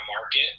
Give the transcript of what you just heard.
market